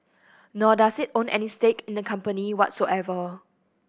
nor does it own any stake in the company whatsoever